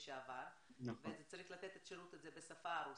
לשעבר וצריך לתת את השירות הזה בשפה הרוסית.